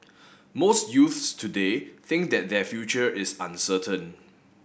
most youths today think that their future is uncertain